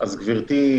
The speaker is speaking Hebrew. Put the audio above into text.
אז גברתי,